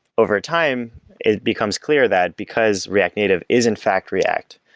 over time it becomes clear that because react native is in fact react,